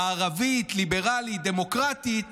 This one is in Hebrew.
מערבית, ליברלית, דמוקרטית,